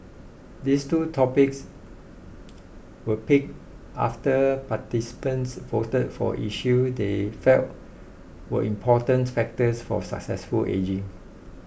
these two topics were picked after participants voted for issues they felt were important factors for successful ageing